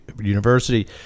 University